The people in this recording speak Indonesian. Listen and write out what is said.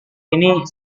ini